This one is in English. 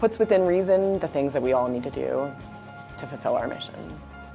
puts within reason the things that we all need to do to fulfill our mission